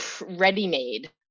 ready-made